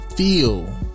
feel